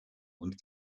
und